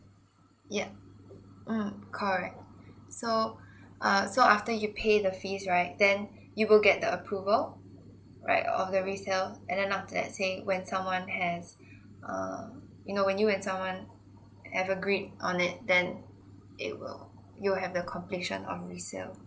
yup mm correct so uh so after you pay the fees right then you will get the approval right of the resale and then after that saying when someone has um you know when you and someone have agreed on it then it will you have your completion of resale